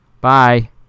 Bye